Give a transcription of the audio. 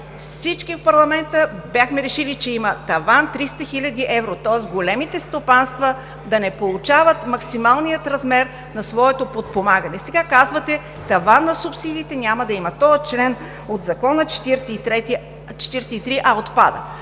Всички в парламента бяхме решили, че има таван 300 хиляди евро, тоест големите стопанства да не получават максималния размер на своето подпомагане. Сега казвате: таван на субсидиите няма да има, чл. 43а от Закона отпада.